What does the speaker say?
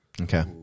Okay